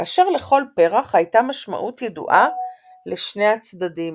כאשר לכל פרח הייתה משמעות ידועה לשני הצדדים.